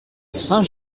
saint